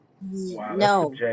No